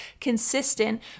consistent